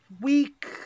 week